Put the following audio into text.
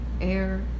air